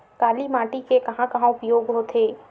काली माटी के कहां कहा उपयोग होथे?